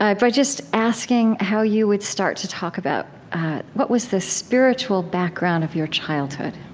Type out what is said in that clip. ah by just asking how you would start to talk about what was the spiritual background of your childhood?